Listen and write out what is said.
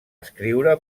escriure